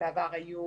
בעבר לא